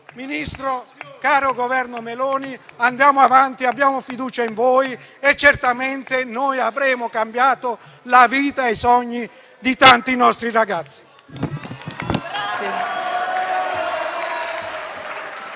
Ministro, Governo Meloni, andiamo avanti. Abbiamo fiducia in voi e certamente così noi avremo cambiato la vita e i sogni di tanti nostri ragazzi.